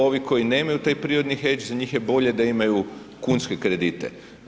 Ovi koji nemaju taj prirodni hedg za njih je bolje da imaju kunske kredite.